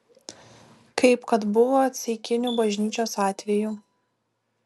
kaip kad buvo ceikinių bažnyčios atveju